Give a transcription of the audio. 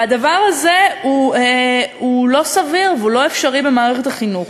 והדבר הזה הוא לא סביר והוא לא אפשרי במערכת החינוך.